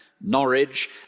Norwich